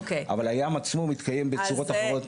אבל הים עצמו מתקיים בצורות אחרות.